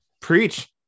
preach